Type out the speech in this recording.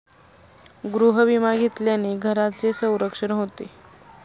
गृहविमा घेतल्याने घराचे संरक्षण होते